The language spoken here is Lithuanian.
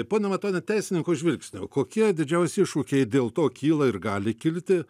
pone matoni teisininko žvilgsniu kokie didžiausi iššūkiai dėl to kyla ir gali kilti